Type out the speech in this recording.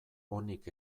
onik